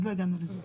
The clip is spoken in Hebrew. עוד לא הגענו לזה.